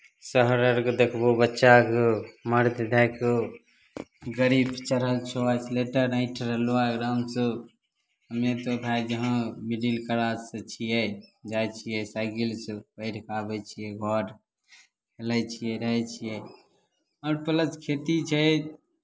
शहर अरके देखबहो बच्चाके मारैत धए कऽ गड़ीपर चढ़ल छहो एसलेटर ऐंठ रहलो आ आरामसँ हमे तऽ भाय जहाँ मिडिल क्लाससँ छियै जाइ छियै साइकिलसँ पढ़ि कऽ आबै छियै घर खेलैत रहै छियै आओर प्लस खेती छै